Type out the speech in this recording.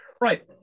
right